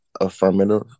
affirmative